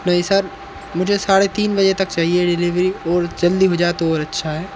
नहीं सर मुझे साढ़े तीन बजे तक चाहिए डिलीवरी और जल्दी हो जाए तो और अच्छा है